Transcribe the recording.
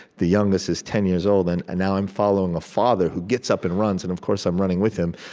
the youngest is ten years old and and now i'm following a father who gets up and runs. and of course, i'm running with him.